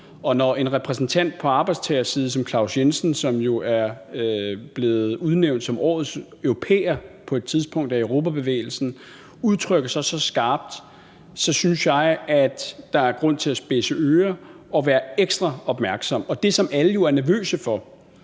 når en repræsentant for arbejdstagersiden som Claus Jensen, som jo er blevet udnævnt som årets europæer på et tidspunkt af Europabevægelsen, udtrykker sig så skarpt, så synes jeg, at der er grund til at spidse ører og være ekstra opmærksom. Det er noget, som alle jo er nervøse for.